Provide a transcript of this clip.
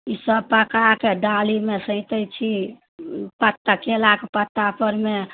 ईसब पकाके डालीमे सैँतै छी पत्ता केलाके पत्तापरमे